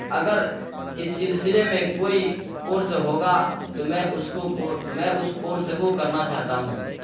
اگر اس سلسلے میں کوئی کورس ہوگا تو میں اس کو میں اس کورس کو کرنا چاہتا ہوں